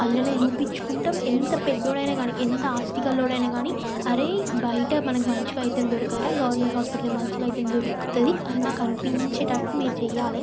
అందులోనే చూపించుకుంటాం ఎంత పెద్దోడైన కానీ ఎంత ఆస్తికల్లోడైనా కానీ అరే బయట మనకు మంచి వైద్యం దొరకదురా గవర్నమెంట్ హాస్పిటల్ల మంచి వైద్యం దొరుకుతుంది అని మాకు అనిపించేటట్టు మీరు చేయాలి